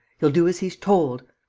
he'll do as he's told.